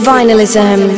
Vinylism